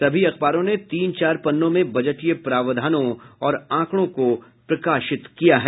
सभी अखबारों ने तीन चार पन्नों में बजटीय प्रावधानों और आंकड़ों को प्रकाशित किया है